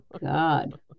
God